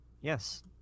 yes